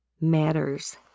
matters